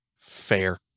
fair